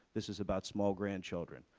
this is about small grandchildren.